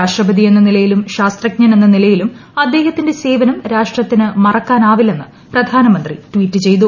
രാഷ്ട്രപതി എന്ന നിലയിലും ശാസ്ത്രജ്ഞൻ എന്ന നിലയിലും അദ്ദേഹത്തിന്റെ സേവനം രാഷ്ട്രത്തിന് മറക്കാനാവില്ലെന്ന് പ്രധാനമന്ത്രി ട്വീറ്റ് ചെയ്തു